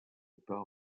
part